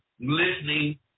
listening